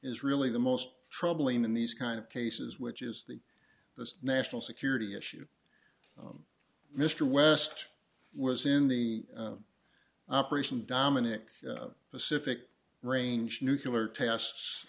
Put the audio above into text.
is really the most troubling in these kind of cases which is that the national security issue mr west was in the operation dominic pacific range nuclear tests